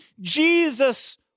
Jesus